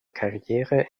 karriere